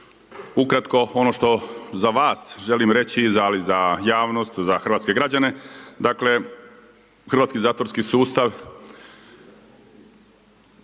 Ukratko, ono što za vas želim reći ali i za javnost, za hrvatske građane, dakle hrvatski zatvorski sustav